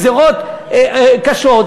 כל הזמן באים עם גזירות קשות,